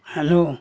hello